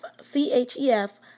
C-H-E-F